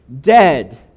dead